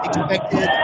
expected